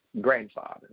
grandfather